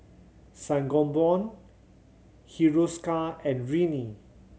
Sangobion Hiruscar and Rene